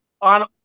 On